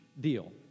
deal